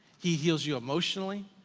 he heals you emotionally,